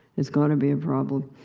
it's got to be a problem.